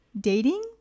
dating